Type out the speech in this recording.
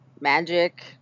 magic